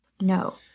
No